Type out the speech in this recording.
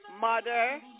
mother